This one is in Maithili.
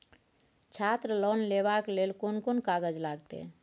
छात्र लोन लेबाक लेल कोन कोन कागज लागतै?